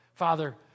Father